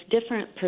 different